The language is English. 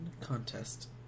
contest